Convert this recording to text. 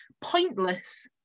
pointless